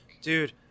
dude